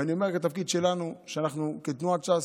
ואני אומר התפקיד שלנו, אנחנו כתנועת ש"ס,